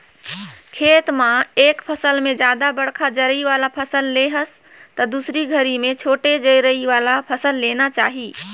खेत म एक फसल में जादा बड़खा जरई वाला फसल ले हस त दुसर घरी में छोटे जरई वाला फसल लेना चाही